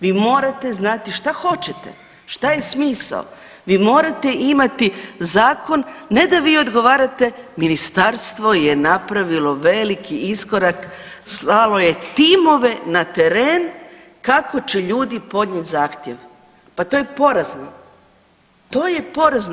Vi morate znati šta hoćete, šta je smisao, vi morate imati zakon ne da vi odgovarate, ministarstvo je napravilo veliki iskorak, slalo je timove na teren kako će ljudi podnijet zahtjev, pa to je porazno, to je porazno.